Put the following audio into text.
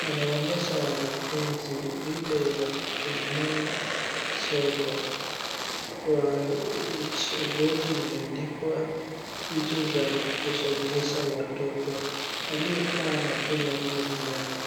Anaonyesha wanafunzi vile ya kutumia sodo, kwa ubodi imeandikwa vitu za kusomesha watoto. Aliyekaa anakunywa maji yake.